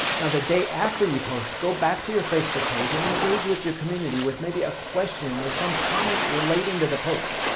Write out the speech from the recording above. the day after you post, go back to your facebook page and engage with your community with a ah question or some comment relating to the post.